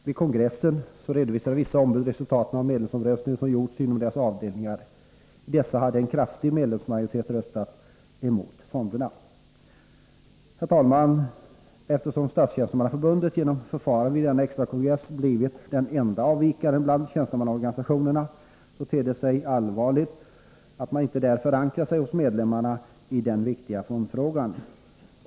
Vid kongressen redovisade vissa ombud resultaten av medlemsomröstningar som gjorts inom deras avdelningar. I dessa hade en kraftig majoritet röstat mot fonderna. Herr talman! Eftersom Statstjänstemannaförbundet genom förfarandet vid denna extrakongress har blivit den enda avvikaren bland tjänstemannaorganisationerna, ter det sig allvarligt att man där inte har förankrat sig hos medlemmarna i den viktiga fondfrågan.